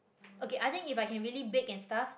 okay I think if I can really bake and stuff